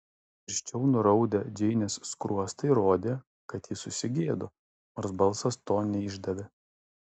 tirščiau nuraudę džeinės skruostai rodė kad ji susigėdo nors balsas to neišdavė